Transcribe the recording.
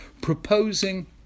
proposing